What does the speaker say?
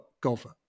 golfer